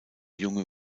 junge